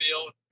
field